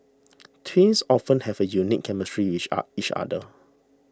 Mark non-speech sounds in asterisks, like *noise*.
twins often have a unique chemistry with each *unintelligible* other